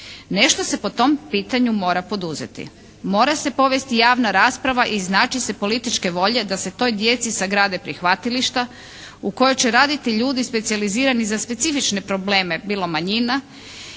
Nešto se po tom pitanju mora poduzeti. Mora se povesti javna rasprava i iznaći se političke volje da se toj djeci sagrade prihvatilišta u kojoj će raditi ljudi specijalizirani za specifične probleme bilo manjina